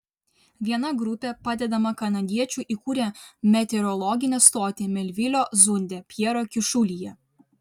viena grupė padedama kanadiečių įkūrė meteorologinę stotį melvilio zunde pjero kyšulyje